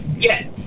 Yes